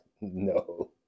No